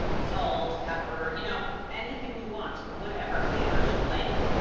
salt, pepper, you know, anything you want. whatever flavors you like.